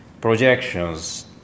projections